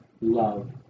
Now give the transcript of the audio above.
love